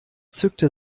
zückte